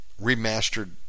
remastered